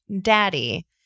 daddy